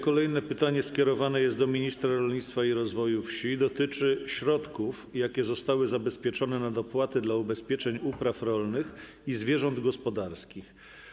Kolejne pytanie skierowane jest do ministra rolnictwa i rozwoju wsi, a dotyczy środków, jakie zostały zabezpieczone na dopłaty do ubezpieczeń upraw rolnych i zwierząt gospodarskich.